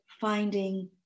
finding